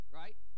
right